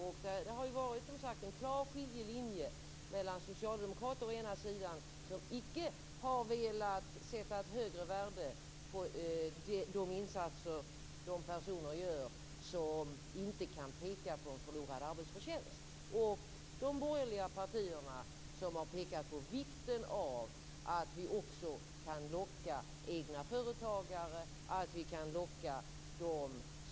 Det har som sagt gått en klar skiljelinje mellan å ena sidan socialdemokrater, som icke har velat sätta högre värde på de insatser som de personer gör som inte kan peka på en förlorad arbetsförtjänst, och å andra sidan de borgerliga partierna, som har pekat på vikten av att vi också kan locka egna företagare och hemarbetande.